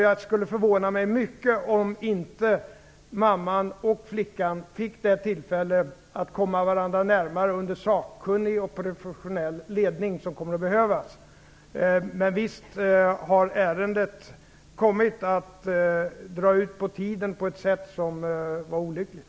Det skulle förvåna mig mycket om mamman och flickan inte fick det tillfälle att komma varandra närmare under sakkunnig och professionell ledning som kommer att behövas. Men visst har ärendet kommit att dra ut på tiden på ett sätt som var olyckligt.